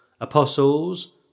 apostles